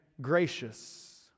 gracious